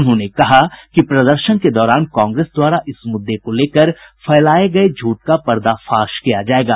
उन्होंने कहा कि प्रदर्शन के दौरान कांग्रेस द्वारा इस मुद्दे को लेकर फैलाये गये झूठ का पर्दाफाश किया जायेगा